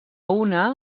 una